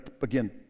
again